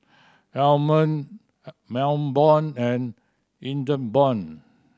Almond Melbourne and Ingeborg